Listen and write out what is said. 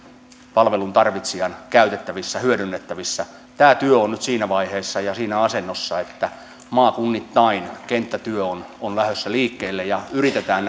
palvelun tarvitsijan käytettävissä ja hyödynnettävissä tämä työ on nyt siinä vaiheessa ja siinä asennossa että maakunnittain kenttätyö on on lähdössä liikkeelle ja yritetään